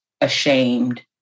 ashamed